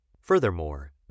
Furthermore